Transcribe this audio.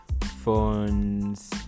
phones